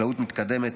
חקלאות מתקדמת,